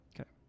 Okay